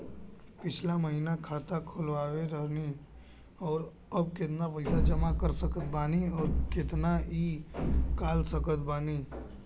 पिछला महीना खाता खोलवैले रहनी ह और अब केतना पैसा जमा कर सकत बानी आउर केतना इ कॉलसकत बानी?